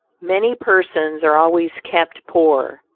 many persons are always kept poor,